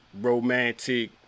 romantic